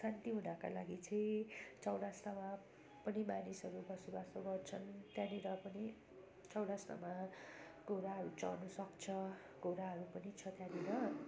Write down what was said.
शान्ति हुनका लागि चाहिँ चौरस्तामा पनि मानिसहरू बसोबास गर्छन् त्यहाँनेर पनि चौरस्तामा घोडाहरू चढ्न सक्छ घोडाहरू पनि छ त्यहाँनेर